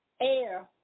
air